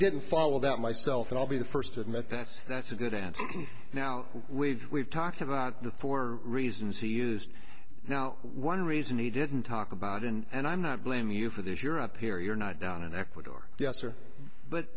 didn't follow that myself and i'll be the first to admit that that's a good and now we've we've talked about you for reasons he used now one reason he didn't talk about and i'm not blaming you for this you're up here you're not down in ecuador yes or but